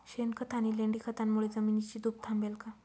शेणखत आणि लेंडी खतांमुळे जमिनीची धूप थांबेल का?